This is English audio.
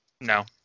No